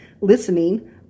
listening